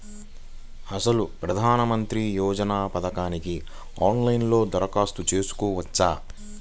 అసలు ప్రధాన మంత్రి యోజన పథకానికి ఆన్లైన్లో దరఖాస్తు చేసుకోవచ్చా?